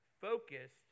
focused